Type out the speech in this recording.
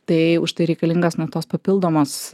tai užtai reikalingas na tos papildomos